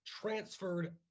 transferred